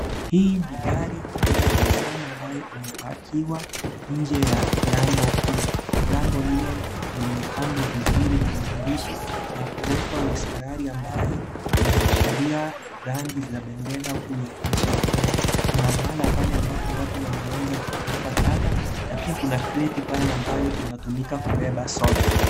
Hii ni gari aina ya Nissan ambayo imepanda nje ya lango kuu lango hilo liMepambwa vizuri na maandishi na kuwekwa mistari ambayo ina rangi za bendera ya kenya kuna mahali pale ambapo watu wanaweza kutupa taka na pia kuna kreti pale ambayo inatumika kubeba soda.